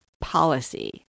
policy